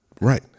right